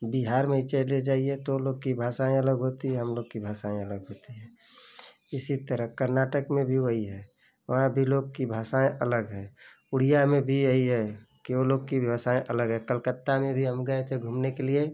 बिहार में ही चले जाइए तो ओ लोग की भाषाएँ अलग होती हैं हम लोग की भाषाएँ अलग होती हैं इसी तरह कर्नाटक में भी वही है वहाँ भी लोग की भाषाएँ अलग हैं उड़िया में भी यही है कि वो लोग की भाषाएँ अलग है कलकत्ता में भी हम गए थे घूमने के लिए